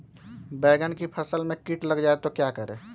बैंगन की फसल में कीट लग जाए तो क्या करें?